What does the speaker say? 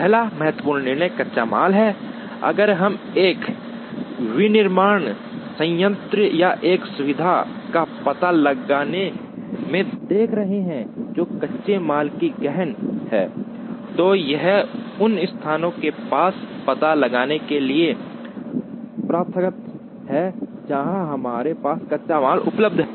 पहला महत्वपूर्ण निर्णय कच्चा माल है अगर हम एक विनिर्माण संयंत्र या एक सुविधा का पता लगाने में देख रहे हैं जो कच्चे माल की गहन है तो यह उन स्थानों के पास पता लगाने के लिए प्रथागत है जहां हमारे पास कच्चा माल उपलब्ध है